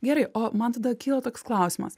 gerai o man tada kyla toks klausimas